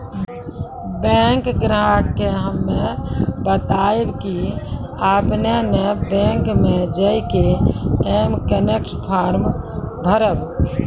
bank ग्राहक के हम्मे बतायब की आपने ने बैंक मे J K M connect form भरबऽ